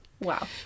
Wow